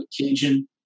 Cajun